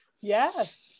Yes